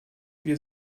wir